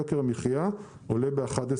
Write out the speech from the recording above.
ויוקר המחיה עולה ב-11%.